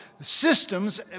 systems